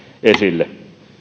esille